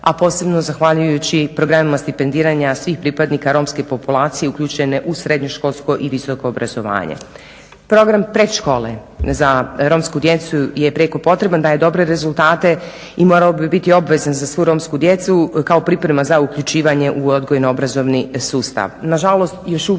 a posebno zahvaljujući programima stipendiranja svih pripadnika romske populacije uključene u srednjoškolsko i visoko obrazovanje. Program predškole za romsku djecu je prijekopotreban, daje dobre rezultate i morao bi biti obvezan za svu romsku djecu kao priprema za uključivanje u odgojno-obrazovni sustav.